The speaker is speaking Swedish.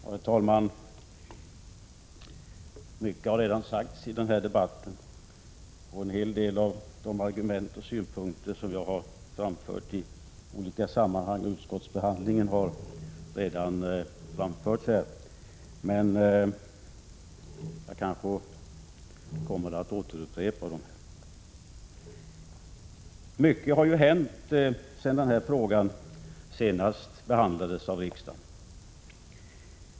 Herr talman! Mycket har redan sagts i den här debatten, och en hel del av de argument och synpunkter som jag framfört i olika sammanhang vid utskottsbehandlingen har redan framförts här, men jag kanske kommer att upprepa dem. Mycket har hänt sedan den här frågan senast behandlades av riksdagen.